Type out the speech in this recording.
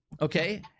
okay